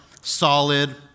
solid